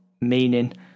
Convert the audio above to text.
meaning